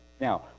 Now